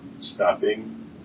stopping